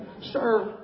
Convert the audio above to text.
sir